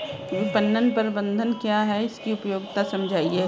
विपणन प्रबंधन क्या है इसकी उपयोगिता समझाइए?